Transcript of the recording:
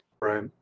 right